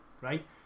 right